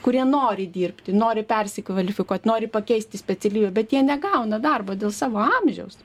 kurie nori dirbti nori persikvalifikuot nori pakeisti specialybę bet jie negauna darbo dėl savo amžiaus